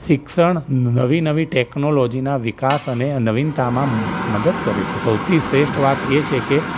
શિક્ષણ નવી નવી ટૅકનોલોજીના વિકાસ અને નવીનતામાં મદદ કરે છે સૌથી શ્રેષ્ઠ વાત એ છે કે